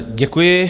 Děkuji.